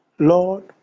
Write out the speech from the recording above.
Lord